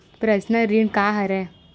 Personal ऋण का हरय?